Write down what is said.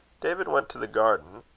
david went to the garden,